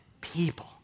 people